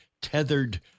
tethered